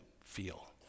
feel